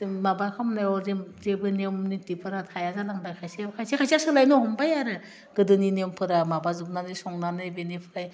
जों माबा खालामनायाव जे जेबो नियम नेथिफरा थाया जालांबाय खायसे खायसे खायसे खायसेया सोलायनो हमबाय आरो गोदोनि नियमफोरा माबाजोबनानै संनानै बेनिफ्राय